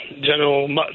General